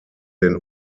den